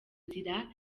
nzira